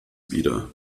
wieder